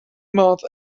moth